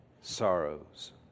sorrows